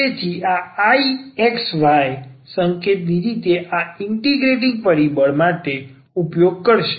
તેથી આ I x y સંકેતની રીત આ ઇન્ટિગ્રેટિંગ પરિબળ માટે ઉપયોગ કરશે